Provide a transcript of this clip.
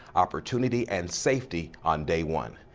opportunity, and safety on day one.